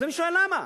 אז אני שואל למה,